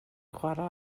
chwarae